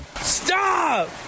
Stop